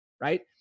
right